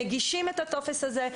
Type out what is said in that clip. מגישים את הטופס הזה,